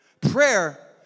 prayer